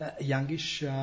youngish